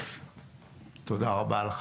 תודה רבה.